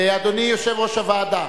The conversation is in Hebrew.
אדוני יושב-ראש הוועדה,